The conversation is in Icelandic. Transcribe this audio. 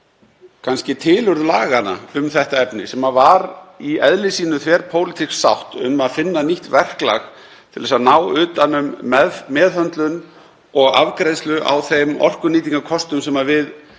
kannski tilurð laganna um þetta efni, sem var í eðli sínu þverpólitísk sátt um að finna nýtt verklag til að ná utan um meðhöndlun og afgreiðslu á þeim orkunýtingarkostum sem við